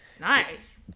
nice